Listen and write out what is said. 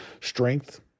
strength